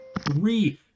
three